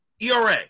ERA